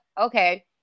Okay